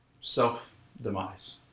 self-demise